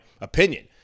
opinion